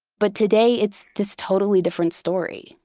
but today it's this totally different story.